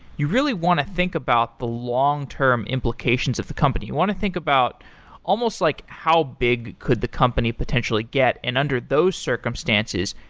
you really want to think about the long term implications of the company. you want to think about almost like how big could the company potentially get, and under those circumstances,